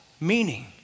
meaning